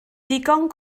digon